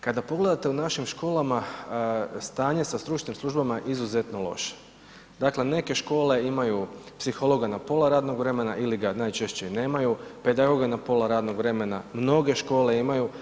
Kada pogledate u našim školama stanje sa stručnim službama je izuzetno loše, dakle neke škole imaju psihologa na pola radnog vremena ili ga najčešće nemaju, pedagoga na pola radnog vremena mnoge škole imaju,